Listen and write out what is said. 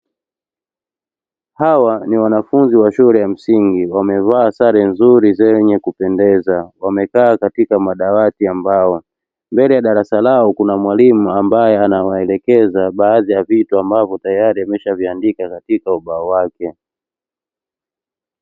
Hawa ni wanafunzi wa shule ya msingi wamevaa sare nzuri zenye kupendeza wamekaa katika madawati ya mbao, mbele ya darasa lao kuna mwalimu ambaye anawaelekeza baadhi ya vitu ambavyo tayari ameshaviandika katika ubao wake.